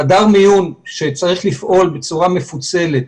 חדר המיון שצריך לפעול בצורה מפוצלת,